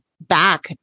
back